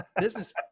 business